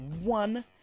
one